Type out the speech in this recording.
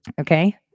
okay